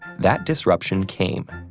that disruption came.